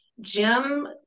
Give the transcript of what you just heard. Jim